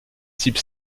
cible